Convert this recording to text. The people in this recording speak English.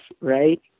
right